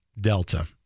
Delta